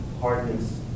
hardness